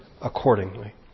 accordingly